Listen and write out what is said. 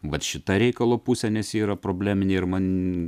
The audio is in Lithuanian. vat šita reikalo pusė nes ji yra probleminė ir man